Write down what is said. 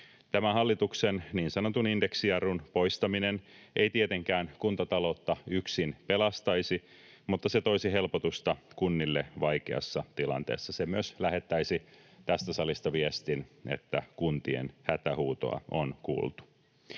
Tämän hallituksen niin sanotun indeksijarrun poistaminen ei tietenkään kuntataloutta yksin pelastaisi, mutta se toisi helpotusta kunnille vaikeassa tilanteessa. Se myös lähettäisi tästä salista viestin, että kuntien hätähuutoa on kuultu.